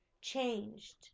changed